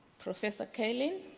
professor kalin,